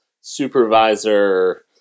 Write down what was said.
supervisor